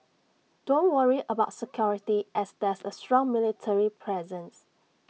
don't worry about security as there's A strong military presence